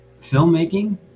filmmaking